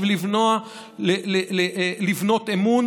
בשביל לבנות אמון,